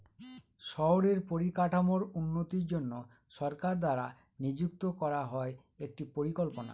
শহরের পরিকাঠামোর উন্নতির জন্য সরকার দ্বারা নিযুক্ত করা হয় একটি পরিকল্পনা